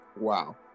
Wow